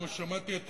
כמו ששמעתי את